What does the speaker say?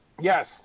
Yes